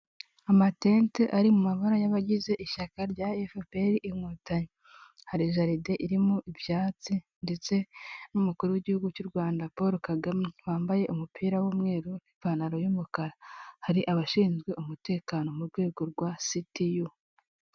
Amatente ari mu mabara y'abagize ishyaka rya efuperi inkotanyi hari jaride irimo ibyatsi ndetse n'umukuru w'igihugu cy'u rwanda paul kagame wambaye umupira w'umweru n'ipantaro y'umukara hari abashinzwe umutekano mu rwego rwa sitiyu.